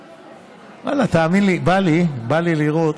ואללה, תאמין לי, בא לי לראות,